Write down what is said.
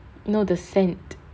no the scent